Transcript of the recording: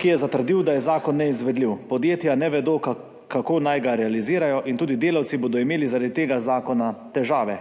ki je zatrdil, da je zakon neizvedljiv. Podjetja ne vedo, kako naj ga realizirajo, in tudi delavci bodo imeli zaradi tega zakona težave.